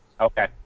okay